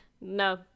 No